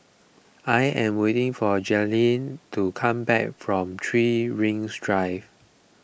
I am waiting for Jaylyn to come back from three Rings Drive